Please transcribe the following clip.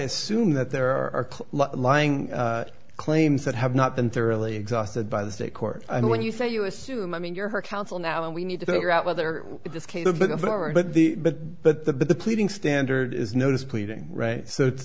assume that there are lying claims that have not been thoroughly exhausted by the state court and when you say you assume i mean you're her counsel now and we need to figure out whether this case the farmer but the but but the pleading standard is notice pleading right so it's